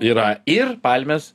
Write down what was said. yra ir palmės